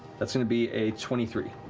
that's going to be a twenty three.